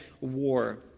war